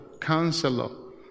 Counselor